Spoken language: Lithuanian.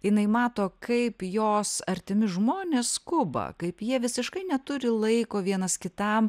jinai mato kaip jos artimi žmonės skuba kaip jie visiškai neturi laiko vienas kitam